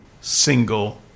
single